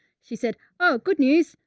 she said, oh, good news.